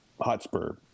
Hotspur